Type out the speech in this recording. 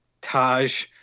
Taj